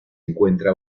encuentra